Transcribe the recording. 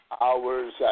hours